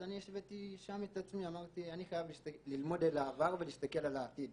אז אני שאלתי את עצמי ואמרתי שאני חייב ללמוד על העבר ולהסתכל על העתיד.